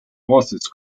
horses